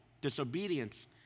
disobedience